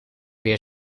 weer